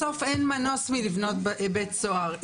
בסוף אין מנוס מלבנות בית סוהר.